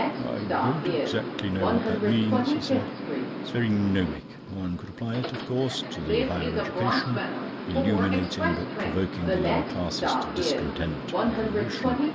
i don't exactly know what that means, he said. it's very gnomic. one could apply it, of course to the higher education illuminating, but provoking the lower classes to discontent and revolution.